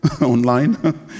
online